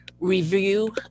review